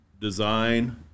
design